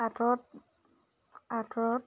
আঁতৰত আঁতৰত